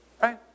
Right